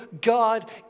God